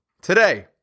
Today